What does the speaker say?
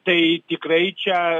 tai tikrai čia